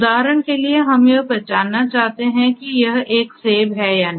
उदाहरण के लिए हम यह पहचानना चाहते हैं कि यह एक सेब है या नहीं